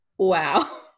wow